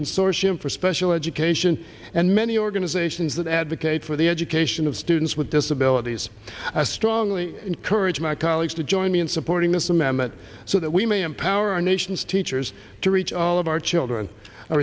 consortium for special education and many organizations that advocate for the education of students with disabilities strongly encourage my colleagues to join me in supporting this amendment so that we may empower our nation's teachers to reach all of our children